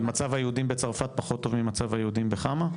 מצב היהודים בצרפת פחות טוב ממצב היהודים בחמה?